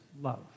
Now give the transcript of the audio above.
love